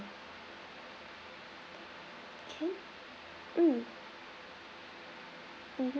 can mm mmhmm~